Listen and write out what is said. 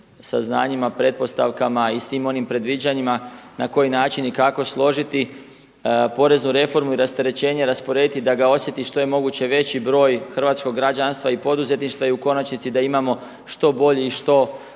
saznanjima, pretpostavkama i svim onim predviđanjima na koji način i kako složiti poreznu reformu i rasterećenje rasporediti da ga osjeti što je moguće veći broj hrvatskog građanstva i poduzetništva i u konačnici da imamo što bolji i što veći